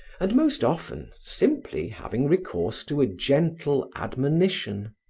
and most often simply having recourse to a gentle admonition.